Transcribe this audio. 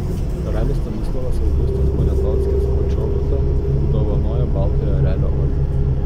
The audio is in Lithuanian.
karalius stanislovas augustas poniatovskis počobutą apdovanojo baltojo erelio ordinu